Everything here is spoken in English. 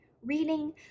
reading